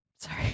sorry